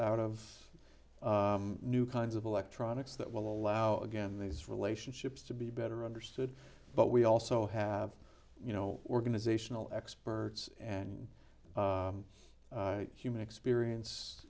out of new kinds of electronics that will allow again these relationships to be better understood but we also have you know organizational experts and human experience